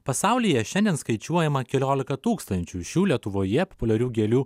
pasaulyje šiandien skaičiuojama keliolika tūkstančių šių lietuvoje populiarių gėlių